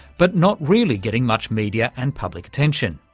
but not really getting much media and public attention.